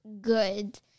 good